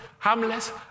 harmless